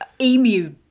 emu